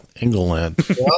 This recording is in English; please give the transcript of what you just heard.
England